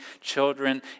children